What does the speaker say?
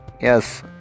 Yes